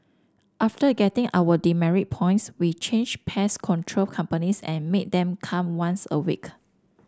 after getting our demerit points we changed pest control companies and made them come once a week